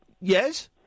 Yes